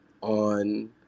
on